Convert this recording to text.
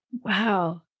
Wow